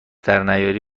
درنیاری